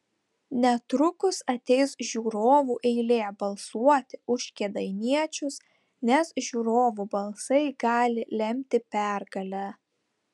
netrukus ateis žiūrovų eilė balsuoti už kėdainiečius nes žiūrovų balsai gali lemti pergalę